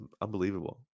unbelievable